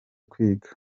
kwiga